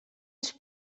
els